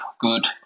good